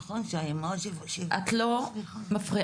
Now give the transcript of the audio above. נכון, שהאימהות --- את לא מפריעה,